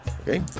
Okay